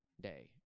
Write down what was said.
day